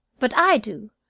but i do.